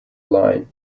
line